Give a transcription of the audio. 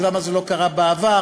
למה זה לא קרה בעבר,